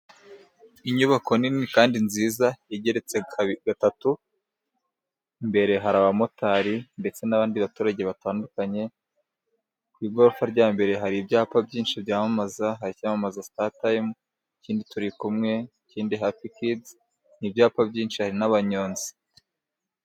Inyubako nini kandi nziza igeretse gatatu mbere hari abamotari, ndetse n'abandi baturage batandukanye, ku igorofa rya mbere hari ibyapa byinshi byamamaza, har'icyamamaza sita tayimu ikindi turi kumwe ikindi hapi kidi n'i ibyapa byinshi hari n'abanyonzi.